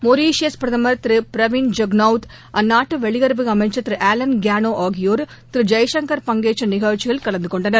Mauritius பிரதமர் திரு Pravind Jugnauth அந்நாட்டு வெளியுறவு அமைச்சர் திரு ஆலன் கனு ஆகியோர் திரு ஜெய்சங்கர் பங்கேற்ற நிகழ்ச்சியில கலந்து கொண்டனர்